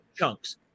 chunks